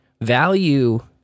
Value